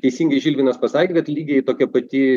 teisingai žilvinas pasakė kad lygiai tokia pati